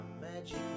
magic